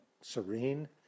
serene